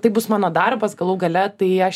tai bus mano darbas galų gale tai aš